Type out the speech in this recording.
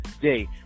day